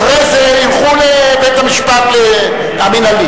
אחרי זה ילכו לבית-המשפט המינהלי.